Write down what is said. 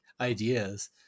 ideas